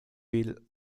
will